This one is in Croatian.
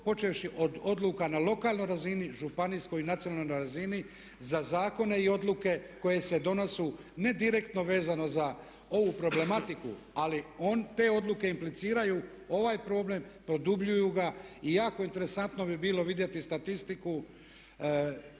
počevši od odluka na lokalnoj razini, županijskoj, nacionalnoj razini za zakone i odluke koje se donosu ne direktno vezano za ovu problematiku. Ali on, te odluke impliciraju ovaj problem, produbljuju ga i jako interesantno bi bilo vidjeti statistiku